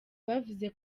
bavuze